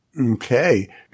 Okay